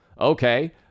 Okay